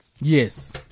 Yes